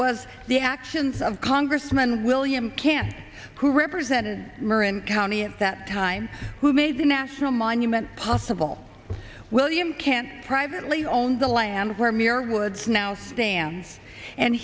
was the actions of congressman william can who represented murren county at that time who made the national monument possible william can't privately owned the land where mere woods now stand and